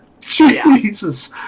Jesus